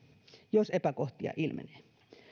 jos epäkohtia ilmenee